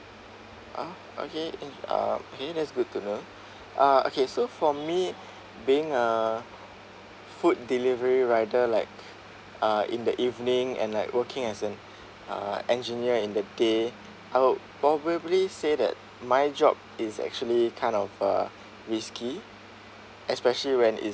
ah okay eh uh okay that is good to know ah okay so for me being uh food delivery rider like uh in the evening and like working as an uh engineer in the day I would probably say that my job is actually kind of uh risky especially when it's